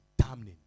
damning